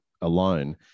alone